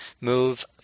move